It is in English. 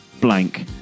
blank